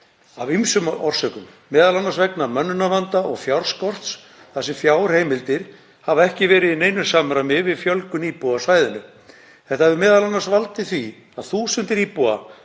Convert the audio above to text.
af ýmsum orsökum, m.a. vegna mönnunarvanda og fjárskorts þar sem fjárheimildir hafa ekki verið í neinu samræmi við fjölgun íbúa á svæðinu. Þetta hefur m.a. valdið því að þúsundir íbúa